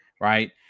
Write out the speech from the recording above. Right